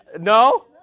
No